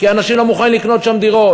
כי אנשים לא מוכנים לקנות שם דירות.